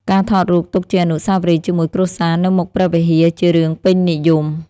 ការថតរូបទុកជាអនុស្សាវរីយ៍ជាមួយគ្រួសារនៅមុខព្រះវិហារ ជារឿងពេញនិយម។